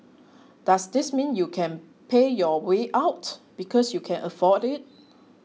does this mean you can pay your way out because you can afford it